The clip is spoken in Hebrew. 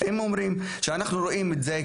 הם אומרים "כשאנחנו רואים את זה,